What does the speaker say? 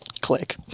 Click